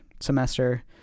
semester